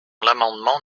l’amendement